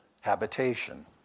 habitation